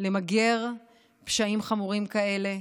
למגר פשעים חמורים כאלה.